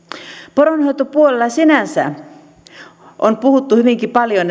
poronhoitopuolella sinänsä on puhuttu hyvinkin paljon